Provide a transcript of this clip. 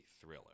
thriller